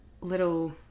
little